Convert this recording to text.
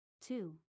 Two